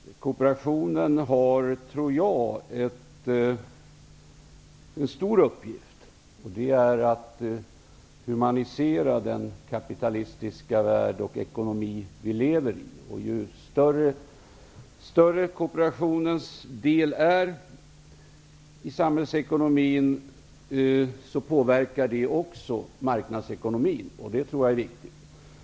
Herr talman! Kooperationen har, tror jag, en stor uppgift, och det är att humanisera den kapitalistiska värld och ekonomi vi lever i. Ju större kooperationens del är i samhällsekonomin, ju mer påverkar det marknadsekonomin, och det tror jag är viktigt.